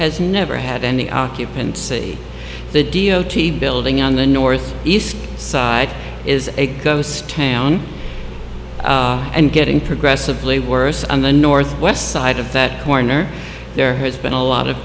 has never had any occupancy the d o t building on the north east side is a ghost town and getting progressively worse on the northwest side of that corner there has been a lot of